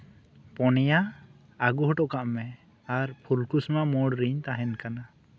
ᱯᱩᱱᱭᱟ ᱟᱜᱩ ᱦᱚᱴᱚ ᱠᱟᱜ ᱢᱮ ᱟᱨ ᱯᱷᱩᱞᱠᱩᱥᱢᱟ ᱢᱳᱲ ᱨᱮᱧ ᱛᱟᱦᱮᱱ ᱠᱟᱱᱟ